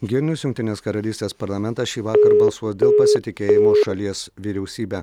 girnius jungtinės karalystės parlamentas šįvakar balsuos dėl pasitikėjimo šalies vyriausybe